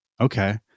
Okay